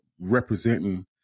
representing